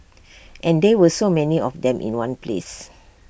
and there were so many of them in one place